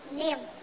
name